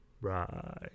right